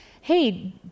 hey